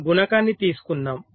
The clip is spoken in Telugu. ఒక గుణకాన్ని తీసుకుందాం